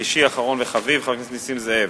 שלישי, אחרון וחביב, חבר הכנסת נסים זאב,